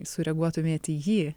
sureaguotumėt į jį